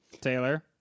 Taylor